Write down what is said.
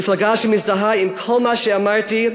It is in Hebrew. מפלגה שמזדהה עם כל מה שאמרתי,